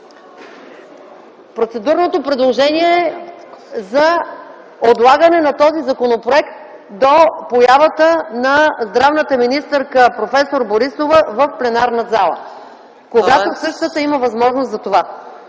Процедурното предложение е за отлагане на този законопроект до появата на министъра на здравеопазването – проф. Борисова, в пленарната зала, когато същата има възможност за това.